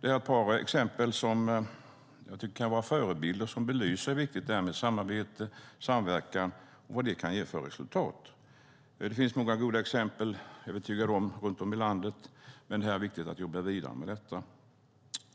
Detta är ett par exempel som jag tycker kan vara förebilder och som belyser hur viktigt det är med samarbete och samverkan och vad det kan ge för resultat. Det finns många goda exempel runt om i landet; det är jag övertygad om. Men det är viktigt att jobba vidare med detta.